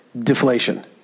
deflation